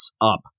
up